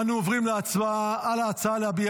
אנו עוברים להצבעה על ההצעה להביע